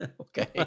Okay